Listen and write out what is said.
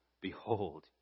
Behold